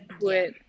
put